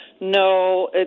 No